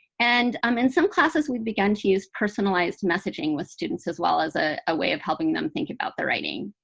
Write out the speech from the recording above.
and um in some classes, we've begun to use personalized messaging with students as well as a ah way of helping them think about the writing.